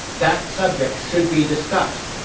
that subject should be discussed.